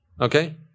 okay